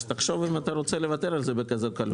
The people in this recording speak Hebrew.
תששוב אם אתה רוצה לוותר על זה בכזו קלות.